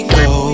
go